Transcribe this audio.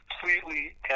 completely